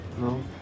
No